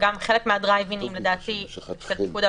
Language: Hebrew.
אין ספק שזה במצטבר.